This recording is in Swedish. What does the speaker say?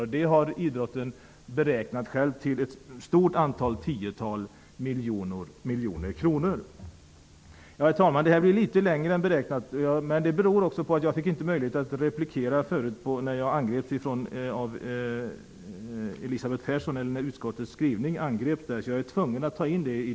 Idrottsrörelsen har själv beräknat att man har tjänat tiotals miljoner kronor på det. Herr talman! Det här anförandet blir litet längre än beräknat, men det beror på att jag inte fick möjlighet att replikera när utskottets skrivning angreps av Elisabeth Persson. Jag var alltså tvungen att ta upp det nu.